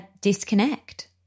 disconnect